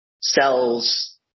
cells